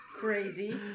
Crazy